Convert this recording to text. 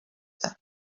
there